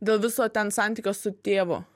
dėl viso ten santykio su tėvu